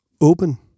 open